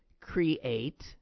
create